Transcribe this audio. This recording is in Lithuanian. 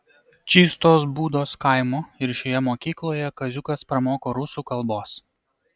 čystos būdos kaimo ir šioje mokykloje kaziukas pramoko rusų kalbos